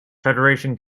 federation